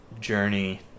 journey